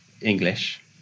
English